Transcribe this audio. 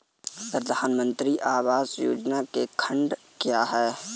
प्रधानमंत्री आवास योजना के खंड क्या हैं?